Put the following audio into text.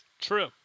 true